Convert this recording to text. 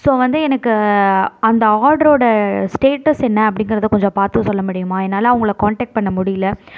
so வந்து எனக்கு அந்த ஆர்டரோடய ஸ்டேட்டஸ் என்ன அப்படிங்கறத கொஞ்சம் பார்த்து சொல்ல முடியுமா என்னால் அவங்களை காண்டாக்ட் பண்ண முடியல